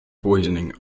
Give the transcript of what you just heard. poisoning